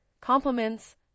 compliments